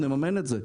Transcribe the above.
נממן את זה?